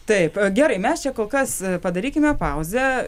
taip gerai mes čia kol kas padarykime pauzę